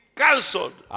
cancelled